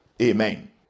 Amen